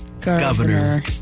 Governor